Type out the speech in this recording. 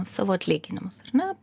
savo atlyginimus ar ne